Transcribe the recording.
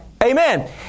Amen